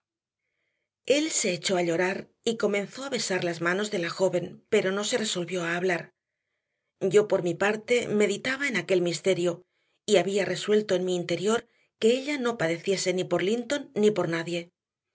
él se echó a llorar y comenzó a besar las manos de la joven pero no se resolvió a hablar yo por mi parte meditaba en aquel misterio y había resuelto en mi interior que ella no padeciese ni por linton ni por nadie